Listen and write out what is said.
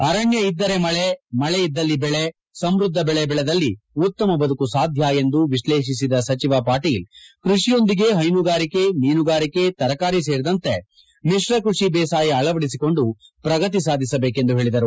ಅರಣ್ಯ ಇದ್ದರೆ ಮಳೆ ಮಳೆ ಇದ್ದಲ್ಲಿ ಬೆಳೆ ಸಮದ್ಧ ಬೆಳೆ ಬೆಳೆದಲ್ಲಿ ಉತ್ತಮ ಬದುಕು ಸಾಧ್ಯ ಎಂದು ವಿಕ್ಲೇಷಿಸಿದ ಸಚಿವ ಪಾಟೀಲ್ಕೃಷಿಯೊಂದಿಗೆ ಹೈನುಗಾರಿಕೆ ಮೀನುಗಾರಿಕೆ ತರಕಾರಿ ಸೇರಿದಂತೆ ಮಿತ್ರ ಕೃಷಿ ಬೇಸಾಯ ಅಳವಡಿಸಿಕೊಂಡು ಪ್ರಗತಿ ಸಾಧಿಸಬೇಕೆಂದು ಹೇಳಿದರು